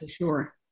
sure